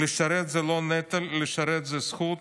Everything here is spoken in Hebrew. "לשרת זה לא נטל, לשרת זו זכות,